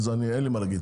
אז אין לי מה להגיד,